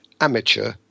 amateur